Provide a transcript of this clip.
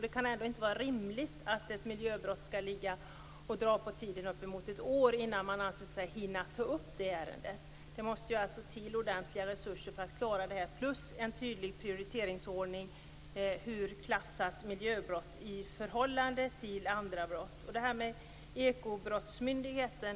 Det kan inte vara rimligt att ett miljöbrott skall dra ut på tiden upp emot ett år innan man anser sig hinna ta upp ärendet. Det måste till ordentliga resurser för att klara detta, och en tydlig prioriteringsordning. Hur klassas miljöbrott i förhållande till andra brott?